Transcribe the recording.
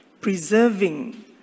preserving